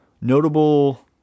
Notable